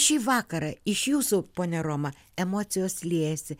šį vakarą iš jūsų ponia roma emocijos liejasi